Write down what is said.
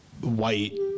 white